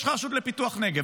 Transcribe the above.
יש לך את הרשות לפיתוח הנגב.